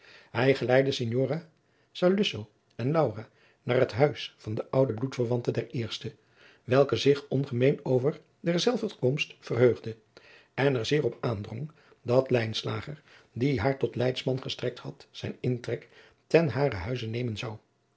hij geleidde signora saluzzo en laura naar het huis van de oude bloedverwante der eerste welke zich ongemeen over derzelver komst verheugde en er zeer op aandrong dat lijnslager die haar tot leidsman gestrekt had zijn intrek ten haren huize nemen zou